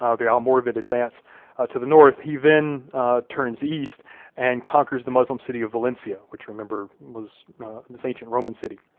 ah the almoravid advance to the north, he then turns east and conquers the muslim city of valencia. which remember, was this ancient roman city.